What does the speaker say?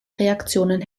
reaktionen